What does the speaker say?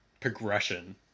progression